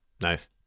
nice